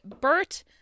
bert